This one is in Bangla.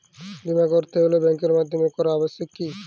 বিমা করাতে হলে ব্যাঙ্কের মাধ্যমে করা আবশ্যিক কি?